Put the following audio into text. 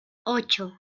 ocho